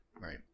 Right